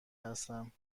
هستم